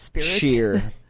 cheer